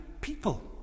people